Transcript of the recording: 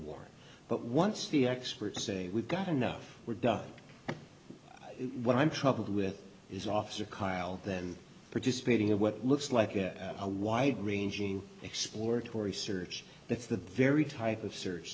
war but once the experts say we've got enough we're done what i'm troubled with is officer kyle then participating in what looks like a a wide ranging exploratory search that's the very type of search